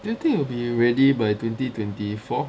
do you think it will be ready by twenty twenty four